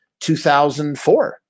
2004